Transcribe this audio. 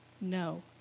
No